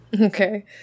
Okay